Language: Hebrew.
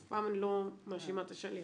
אף פעם אני לא מאשימה את השליח.